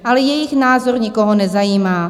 Ale jejich názor nikoho nezajímá.